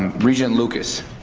regent lucas.